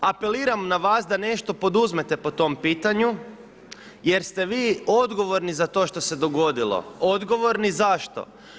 Apeliram na vas da nešto poduzmete po tom pitanju jer ste vi odgovorni za to što se dogodilo, odgovorni zašto?